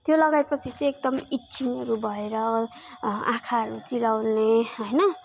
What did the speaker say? त्यो लगाएपछि चाहिँ एकदम इचिङ्हरू भएर आँखाहरू चिलाउने होइन